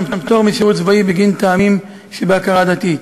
פטור משירות צבאי בגין טעמים שבהכרה דתית.